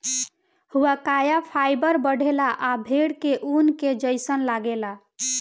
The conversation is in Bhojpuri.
हुआकाया फाइबर बढ़ेला आ भेड़ के ऊन के जइसन लागेला